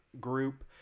group